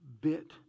bit